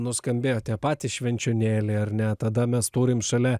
nuskambėjote patys švenčionėliai ar ne tada mes turim šalia